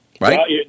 Right